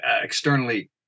externally